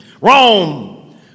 Rome